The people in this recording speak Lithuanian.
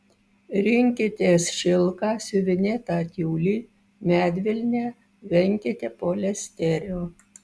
rinkitės šilką siuvinėtą tiulį medvilnę venkite poliesterio